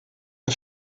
der